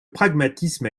pragmatisme